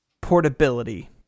portability